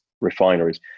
refineries